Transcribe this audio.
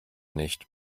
nicht